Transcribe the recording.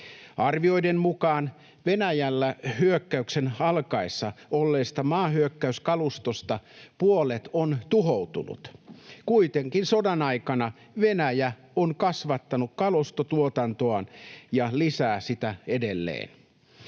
Arvioiden mukaan Venäjällä hyökkäyksen alkaessa olleesta maahyökkäyskalustosta puolet on tuhoutunut. Kuitenkin sodan aikana Venäjä on kasvattanut kalustotuotantoaan ja lisää sitä edelleen.